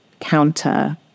counter